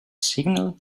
signal